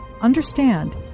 understand